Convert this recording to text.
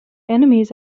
enemies